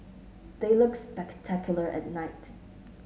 they look spectacular at night